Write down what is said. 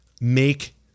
make